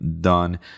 done